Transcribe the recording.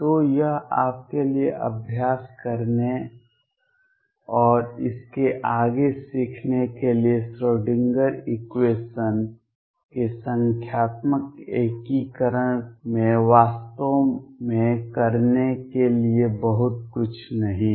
तो यह आपके लिए अभ्यास करने और इसके आगे सीखने के लिए है श्रोडिंगर इक्वेशन के संख्यात्मक एकीकरण में वास्तव में करने के लिए बहुत कुछ नहीं है